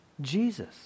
Jesus